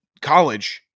College